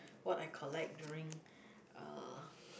what I collect during uh